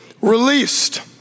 released